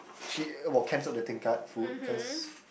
she will cancel the tingkat food cause